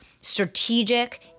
strategic